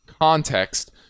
context